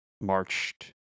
marched